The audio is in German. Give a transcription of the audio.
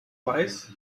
weiß